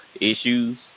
issues